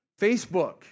Facebook